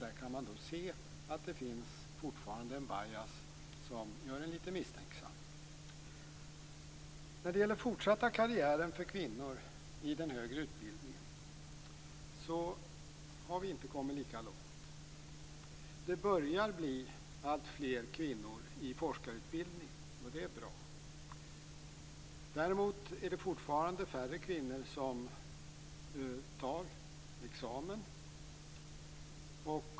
Man kan se att där ännu finns en bias, som gör en litet misstänksam. Vi har inte kommit lika långt med den fortsatta karriären för kvinnor i den högre utbildningen. Det börjar bli alltfler kvinnor i forskarutbildningen, och det är bra. Däremot är det fortfarande färre kvinnor som tar examen.